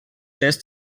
test